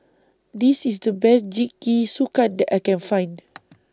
This IS The Best Jingisukan that I Can Find